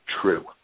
true